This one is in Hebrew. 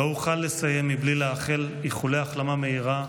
לא אוכל לסיים בלי לאחל איחולי החלמה מהירה